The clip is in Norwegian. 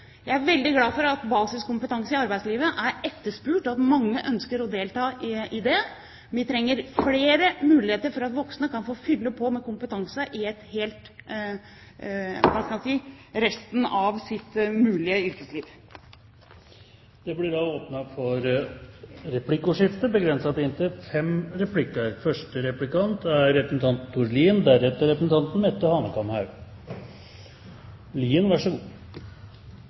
Jeg er veldig glad for at basiskompetanse i arbeidslivet er etterspurt, og at mange ønsker å delta i det. Vi trenger flere muligheter for at voksne kan få fylle på med kompetanse – i resten av sitt mulige yrkesliv. Det blir